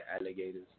alligators